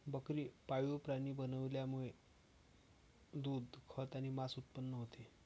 बकरी पाळीव प्राणी बनवण्यामुळे दूध, खत आणि मांस उत्पन्न होते